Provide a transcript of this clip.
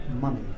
money